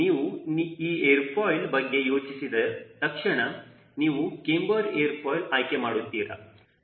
ನೀವು ಈ airfoil ಬಗ್ಗೆ ಯೋಚಿಸಿದ ತಕ್ಷಣ ನೀವು ಕ್ಯಾಮ್ಬರ್ ಏರ್ ಫಾಯಿಲ್ ಆಯ್ಕೆ ಮಾಡುತ್ತೀರಾ